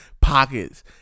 pockets